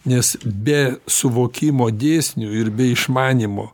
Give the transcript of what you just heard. nes be suvokimo dėsnių ir be išmanymo